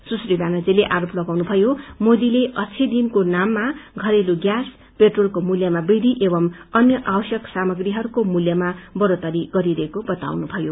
सुश्री ब्यानर्जीले आरोप लगाउनुभयो मोदीले अच्छे दिन को नाममा घरेलु ग्यास पेट्रोलको मूल्यमा वृद्धि एवं अन्य आवश्यक सामाग्रीहरूको मूल्यमा बढ़ोत्तरी गरिरहेको बताउनुभयो